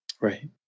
Right